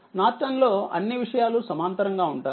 Norton లో అన్ని విషయాలుసమాంతరంగా ఉంటాయి